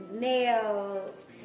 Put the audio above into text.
Nails